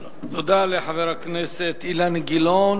תודה לחבר הכנסת אילן גילאון.